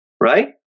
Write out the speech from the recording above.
right